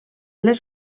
les